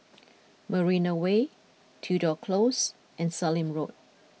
Marina Way Tudor Close and Sallim Road